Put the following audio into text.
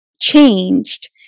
changed